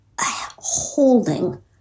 holding